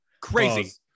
Crazy